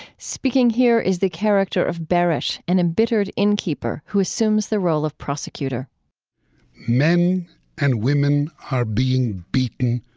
speaking here is the character of berish, an embittered innkeeper who assumes the role of prosecutor men and women are being beaten,